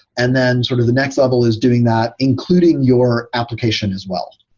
and then sort of the next level is doing that including your application as well,